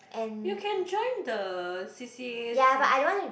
you can join the C_C_As since